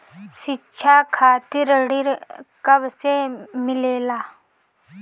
शिक्षा खातिर ऋण कब से मिलेला?